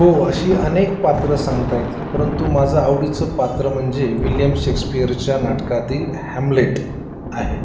हो अशी अनेक पात्र सांगता येतील परंतु माझं आवडीचं पात्र म्हणजे विलियम शेक्सपियरच्या नाटकातील हॅमलेट आहे